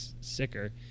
sicker